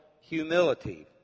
humility